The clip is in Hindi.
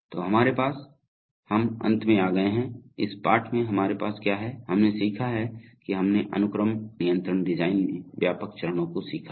तो हमारे पास हम अंत में आ गए हैं इस पाठ में हमारे पास क्या है हमने सीखा है कि हमने अनुक्रम नियंत्रण डिजाइन में व्यापक चरणों को सीखा है